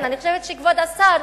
אני חושבת שכבוד השר,